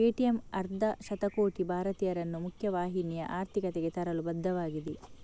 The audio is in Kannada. ಪೇಟಿಎಮ್ ಅರ್ಧ ಶತಕೋಟಿ ಭಾರತೀಯರನ್ನು ಮುಖ್ಯ ವಾಹಿನಿಯ ಆರ್ಥಿಕತೆಗೆ ತರಲು ಬದ್ಧವಾಗಿದೆ